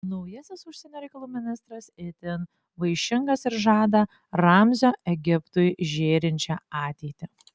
naujasis užsienio reikalų ministras itin vaišingas ir žada ramzio egiptui žėrinčią ateitį